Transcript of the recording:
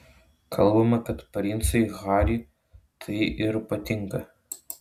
kalbama kad princui harry tai ir patinka